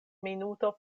minuto